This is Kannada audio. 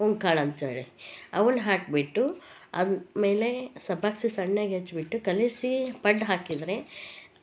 ಓಂಕಾಳು ಅಂತೇಳಿ ಅವುನ ಹಾಕ್ಬಿಟ್ಟು ಅದ್ರ ಮೇಲೆ ಸಬ್ಬಗ್ಸಿಗೆ ಸಣ್ಣಗೆ ಹೆಚ್ಬಿಟ್ಟು ಕಲೆಸಿ ಪಡ್ಡು ಹಾಕಿದ್ದರೆ